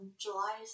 July